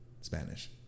Spanish